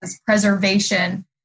preservation